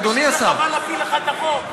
ובשביל זה חבל להפיל לך את החוק.